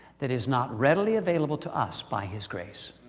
that is not readily available to us by his grace.